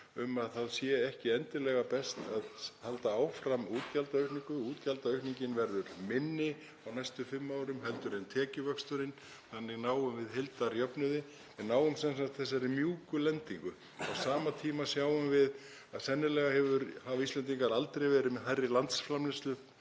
um að það sé endilega best að halda áfram útgjaldaaukningu. Útgjaldaaukningin verður minni á næstu fimm árum heldur en tekjuvöxturinn. Þannig náum við heildarjöfnuði, náum sem sagt þessari mjúku lendingu. Á sama tíma sjáum við að sennilega hafa Íslendingar aldrei verið með hærri landsframleiðslu